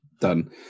Done